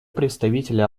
представителя